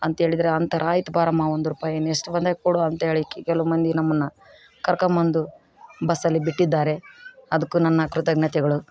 ಅಂತೇಳಿದರೆ ಅಂತರಾಯ್ತು ಬಾರಮ್ಮ ಒಂದು ರುಪಾಯಿ ನೆಕ್ಸ್ಟ್ ಬಂದಾಗ ಕೊಡು ಅಂತೇಳಿ ಕೆಲವು ಮಂದಿ ನಮ್ಮನ್ನು ಕರ್ಕೊಬಂದು ಬಸ್ಸಲ್ಲಿ ಬಿಟ್ಟಿದ್ದಾರೆ ಅದ್ಕು ನನ್ನ ಕೃತಜ್ಞತೆಗಳು